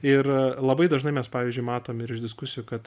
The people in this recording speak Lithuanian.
ir labai dažnai mes pavyzdžiui matom ir iš diskusijų kad